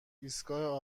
ایستگاه